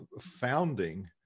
founding